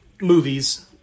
movies